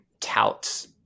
touts